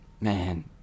man